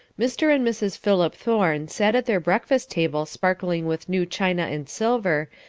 mr. and mrs. philip thorne sat at their breakfast-table sparkling with new china and silver,